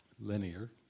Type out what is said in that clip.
linear